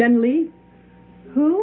generally who